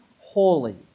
holy